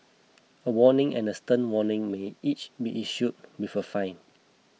a warning and a stern warning may each be issued with a fine